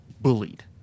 bullied